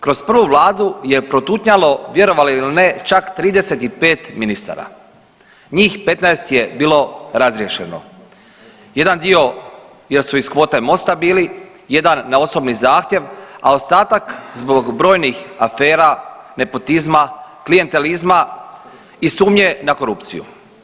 Kroz prvu vladu je protutnjalo vjerovali ili ne čak 35 ministara, njih 15 je bilo razriješeno, jedan dio jer su iz kvote Mosta bili, jedan na osobni zahtjev, a ostatak zbog brojnih afera, nepotizma, klijentelizma i sumnje na korupciju.